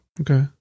Okay